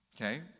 okay